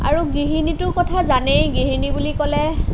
আৰু গৃহিণীৰতো কথা জানেই গৃহিণী বুলি ক'লে